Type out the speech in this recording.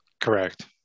Correct